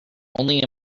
only